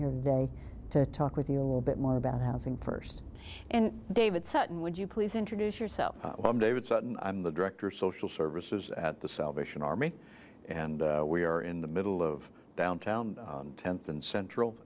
here to talk with you a little bit more about housing first and david sutton would you please introduce yourself i'm david sutton i'm the director social services at the salvation army and we are in the middle of downtown tenth and central